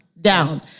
Down